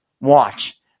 watch